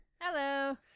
hello